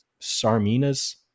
Sarmina's